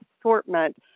assortment